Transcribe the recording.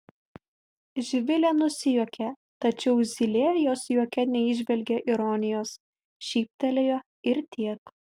živilė nusijuokė tačiau zylė jos juoke neįžvelgė ironijos šyptelėjo ir tiek